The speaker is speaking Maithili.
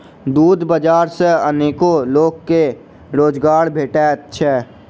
दूध बाजार सॅ अनेको लोक के रोजगार भेटैत छै